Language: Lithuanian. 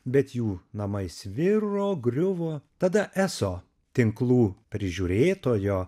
bet jų namai sviro griuvo tada eso tinklų prižiūrėtojo